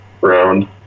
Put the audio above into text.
round